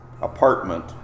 apartment